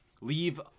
leave